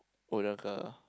older girl